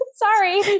Sorry